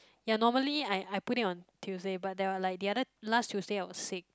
ya normally I I put it on Tuesday but there were like the other last Tuesday I was sick